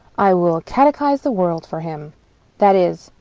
i will catechize the world for him that is,